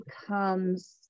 becomes